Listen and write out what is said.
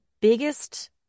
biggest